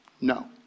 No